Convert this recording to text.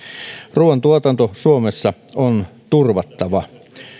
ruuantuotanto suomessa on turvattava